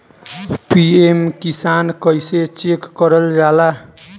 PM Kisan कइसे check करल जाला?